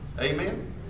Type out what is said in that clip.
Amen